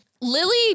Lily